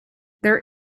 there